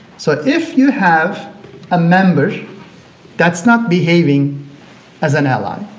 so if you have a member that's not behaving as an ally,